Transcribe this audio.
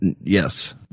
yes